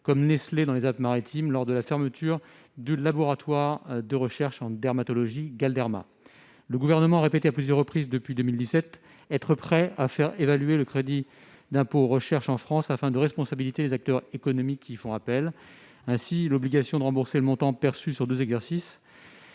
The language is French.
comme Nestlé, dans les Alpes-Maritimes, lors de la fermeture du laboratoire de recherche en dermatologie Galderma. Le Gouvernement a répété à plusieurs reprises depuis 2017 qu'il était prêt à faire évoluer le crédit d'impôt recherche en France, afin de responsabiliser les acteurs économiques qui y font appel. Ainsi, l'obligation de rembourser le montant perçu sur deux exercices,